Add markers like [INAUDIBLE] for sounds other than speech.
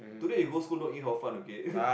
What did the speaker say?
today you go school don't eat Hor-Fun okay [BREATH]